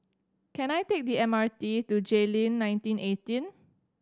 can I take the M R T to Jayleen nineteen eighteen